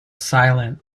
silent